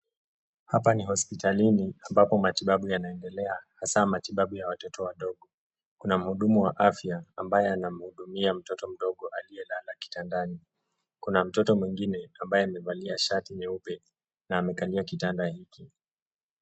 Hapa ni hospitalini, ambapo matibabu yanaendelea, hasa matibabu ya watoto wadogo. Kuna mhudumu wa afya, ambaye anamhudumia mtoto aliyelala kitandani. Kuna mtoto mwingine, ambaye amevalia shati nyeupe, na amekalia kitanda hiki.